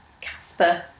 Casper